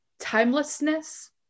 timelessness